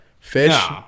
Fish